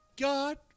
God